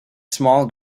small